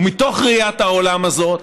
ומתוך ראיית העולם הזאת,